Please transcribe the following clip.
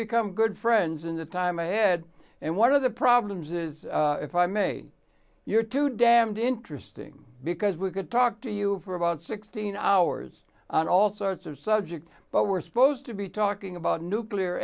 become good friends in the time ahead and one of the problems is if i may you're too damned interesting because we could talk to you for about sixteen hours on all sorts of subjects but we're supposed to be talking about nuclear